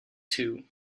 too